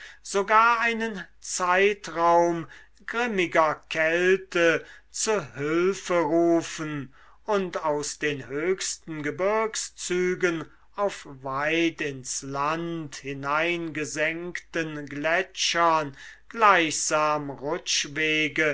sogar einen zeitraum grimmiger kälte zu hülfe rufen und aus den höchsten gebirgszügen auf weit ins land hingesenkten gletschern gleichsam